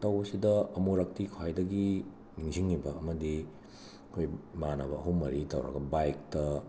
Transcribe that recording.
ꯇꯧꯕꯁꯤꯗ ꯑꯃꯨꯔꯛꯇꯤ ꯈ꯭ꯋꯥꯏꯗꯒꯤ ꯅꯤꯡꯁꯤꯡꯉꯤꯕ ꯑꯃꯗꯤ ꯑꯩꯈꯣꯏ ꯏꯃꯥꯟꯅꯕ ꯑꯍꯨꯝ ꯃꯔꯤ ꯇꯧꯔꯒ ꯕꯥꯏꯛꯇ